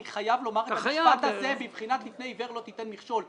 אני חייב לומר את המשפט הזה בבחינת בפני עיוור לא תיתן מכשול.